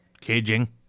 Caging